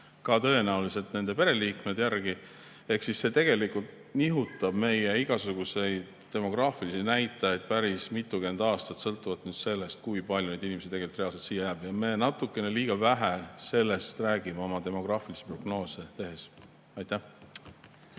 ka tõenäoliselt nende pereliikmed. Ehk siis see tegelikult nihutab meie igasuguseid demograafilisi näitajaid päris mitukümmend aastat sõltuvalt sellest, kui palju neid inimesi reaalselt siia jääb. Me natukene liiga vähe räägime sellest oma demograafilisi prognoose tehes. Aitäh!